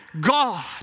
God